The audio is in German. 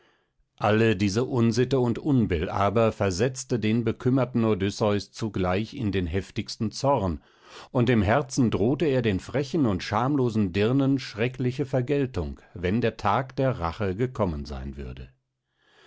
alle diese unsitte und unbill aber versetzte den bekümmerten odysseus zugleich in den heftigsten zorn und im herzen drohte er den frechen und schamlosen dirnen schreckliche vergeltung wenn der tag der rache gekommen sein würde